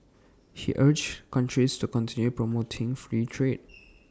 he urged countries to continue promoting free trade